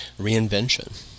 reinvention